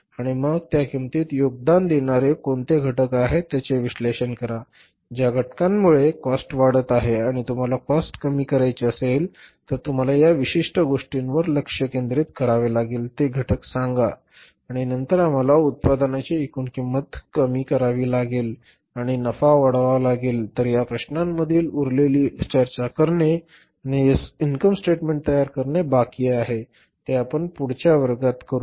आणि मग त्या किंमतीत योगदान देणारे कोणते घटक आहेत त्याचे विश्लेषण करा ज्या घटकांमुळे कॉस्ट वाढत आहे आणि तुम्हाला कॉस्ट कमी करायची असेल तर तुम्हाला त्या विशिष्ट गोष्टींवर लक्ष केंद्रित करावे लागेल ते घटक सांगा आणि नंतर आम्हाला उत्पादनाची एकूण किंमत कमी करावी लागेल आणि नफा वाढवावा लागेल तर या प्रश्नामधील उरलेली चर्चा करणे आणि इनकम स्टेटमेंट तयार करणे बाकी आहे ते आपण पुढच्या वर्गात चर्चा करू